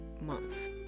month